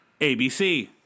ABC